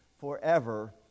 forever